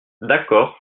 d’accord